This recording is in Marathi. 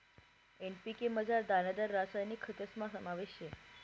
एन.पी.के मझार दानेदार रासायनिक खतस्ना समावेश शे